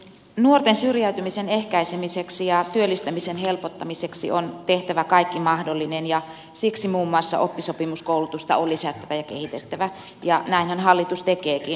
nuorten syrjäytymisen ehkäisemiseksi ja työllistämisen helpottamiseksi on tehtävä kaikki mahdollinen ja siksi muun muassa oppisopimuskoulutusta on lisättävä ja kehitettävä ja näinhän hallitus tekeekin